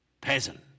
peasant